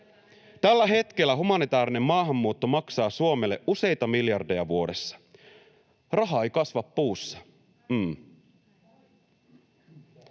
Tällä hetkellä humanitäärinen maahanmuutto maksaa Suomelle useita miljardeja vuodessa. Raha ei kasva puussa,